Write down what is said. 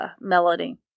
melody